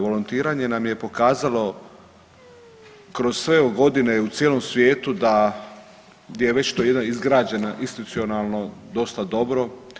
Volontiranje nam je pokazalo kroz sve ove godine u cijelom svijetu da gdje je već to jedno izgrađeno institucionalno dosta dobro.